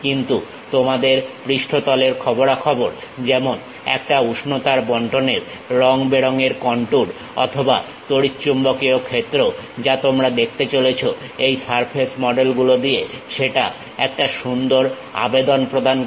কিন্তু তোমাদের পৃষ্ঠতলের খবরা খবর যেমন একটা উষ্ণতার বন্টনের রংবেরঙের কন্টুর অথবা তড়িৎচুম্বকীয় ক্ষেত্র যা তোমরা দেখতে চলেছো এই সারফেস মডেল গুলো দিয়ে সেটা একটা সুন্দর আবেদন প্রদান করে